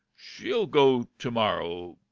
she'll go to morrow,